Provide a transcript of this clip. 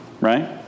right